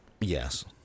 Yes